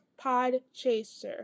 Podchaser